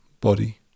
body